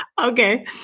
okay